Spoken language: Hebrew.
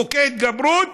חוקי ההתגברות